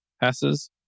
passes